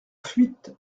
fuite